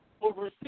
over